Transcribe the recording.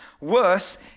Worse